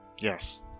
Yes